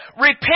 repent